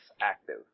active